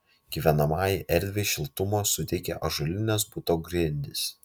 gyvenamajai erdvei šiltumo suteikia ąžuolinės buto grindys